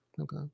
Okay